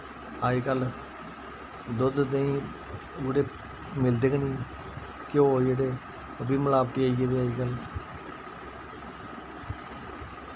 अजकल्ल दुध्द देहिं ओह्ड़े मिलदे गै नेईं घ्यो जेह्ड़े ओह् वी मिलावटी आई गेदे अजकल्ल